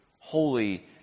holy